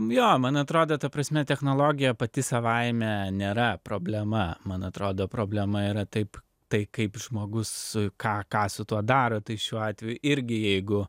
jo man atrodo ta prasme technologija pati savaime nėra problema man atrodo problema yra taip tai kaip žmogus su ką ką su tuo daro tai šiuo atveju irgi jeigu